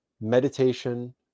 meditation